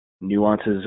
nuances